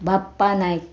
Bappa Naik